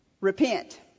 repent